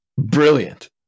Brilliant